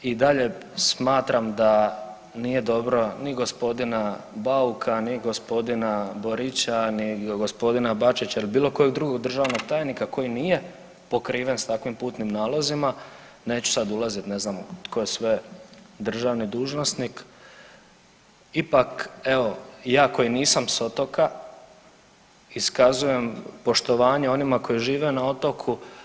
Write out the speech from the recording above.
I dalje smatram da nije dobro ni gospodina Bauka, ni gospodina Borića, ni gospodina Bačića ili bilo kojeg drugog državnog tajnika koji nije pokriven s takvim putnim nalozima neću sad ulazit ne znam tko je sve državni dužnosnik ipak evo ja koji nisam s otoka iskazujem poštovanje onima koji žive na otoku.